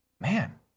Man